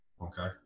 okay